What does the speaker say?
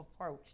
approach